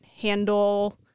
handle